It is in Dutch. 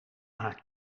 haar